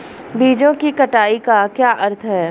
बीजों की कटाई का क्या अर्थ है?